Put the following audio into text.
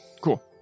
Cool